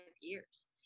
years